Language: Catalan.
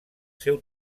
seu